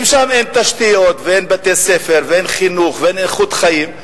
אם שם אין תשתיות ואין בתי-ספר ואין חינוך ואין איכות חיים,